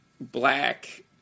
black